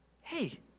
hey